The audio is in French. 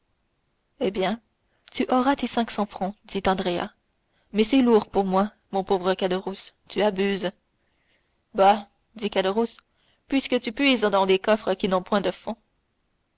eh bien tu auras tes cinq cents francs dit andrea mais c'est lourd pour moi mon pauvre caderousse tu abuses bah dit caderousse puisque tu puises dans des coffres qui n'ont point de fond